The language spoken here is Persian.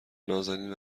نازنین